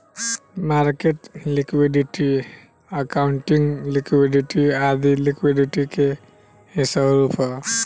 market liquidity, accounting liquidity आदी liquidity के ही स्वरूप है